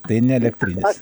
tai ne elektrinis